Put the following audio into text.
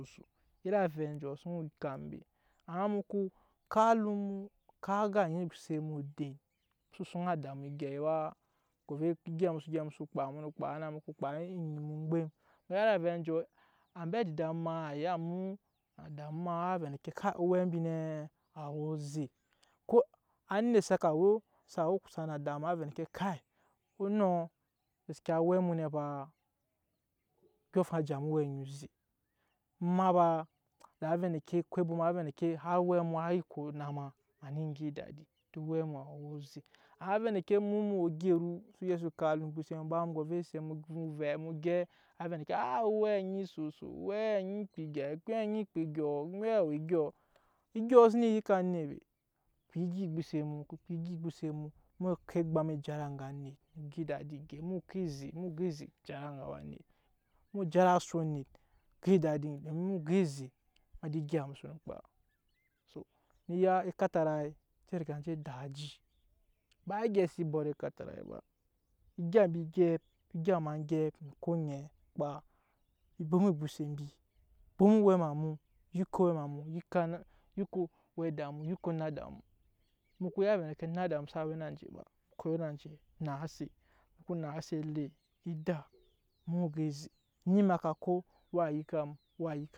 iri ave anjɔɔ su wee enyi ogaŋ ba ama emu ku kap alum mu kap aga anje ese mu den, s osuŋ adamu agye backo egya emu so gyɛp emu su kpaa na emu ko kpaa eŋu mu eŋugbem emu ya iri avɛ anjɔɔ amba adida muna aya mu adamu waa vɛ endeke kai owe embi nɛ awe ozɛ ko anet saka we a we kusa na adamu waa vɛ endeke kai onoɔ gaskiya owɛ mu nɛ baa odyoŋ afaŋ a tamu owɛ onyi zɛ ema baa waa vɛ endeke kowe ebwoma a vɛ endeke har owɛ emu waa nyi ko ana ma eman go edadi to owɛ ŋɔɔnɔ we onyi zɛ waa rɛ endeke emu emu we ogyɛ ru emu so gyɛp so kap alum ogbose emu ba emu gyɛp a waa vɛ endeke aa owɛ nyi esooso wɛɛ nyi kpaa egye owɛɛ we egyɔ egyɔ sune byikke anet be kpaa egya gbose mu, ko kpaa egya ogbose mu, emu woo ko ekpam ejara enga anet, emu go edadi egyep emu ko eze emu woo go eze dara a waa nyi emu jara eme asu anet go adadi emu woo go eze, emada egya b.